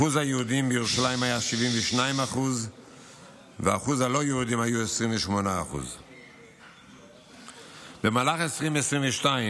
אחוז היהודים בירושלים היה 72% ואחוז הלא-יהודים היה 28%. רגע.